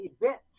event